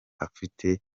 afite